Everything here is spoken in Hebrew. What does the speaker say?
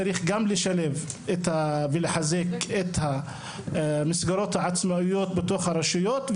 צריך גם לשלב ולחזק את המסגרות העצמאיות בתוך הרשויות,